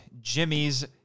Jimmy's